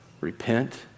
Repent